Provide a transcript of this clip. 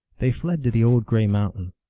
they fled to the old gray mountain.